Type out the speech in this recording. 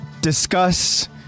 discuss